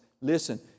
Listen